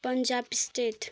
Punjab state